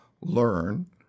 learn